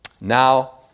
Now